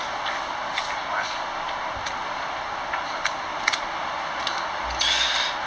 mm that's what I thought too lor !aiya!